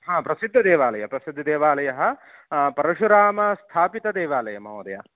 हा प्रसिद्धः देवालयः प्रसिद्धः देवालयः परशुरामेण स्थापितः देवालयः महोदय